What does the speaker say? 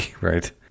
Right